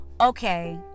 okay